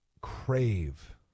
crave